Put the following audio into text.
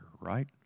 right